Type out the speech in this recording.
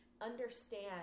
understand